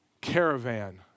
caravan